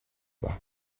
bas